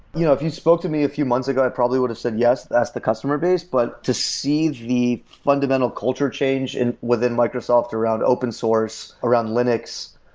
you know if you spoke to me a few months ago, i probably would have said, yes, that's the customer base. but to see the fundamental culture change and within microsoft around open source, around linux,